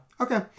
okay